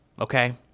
okay